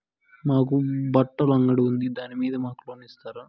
మాకు బట్టలు అంగడి ఉంది దాని మీద మాకు లోను ఇస్తారా